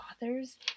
authors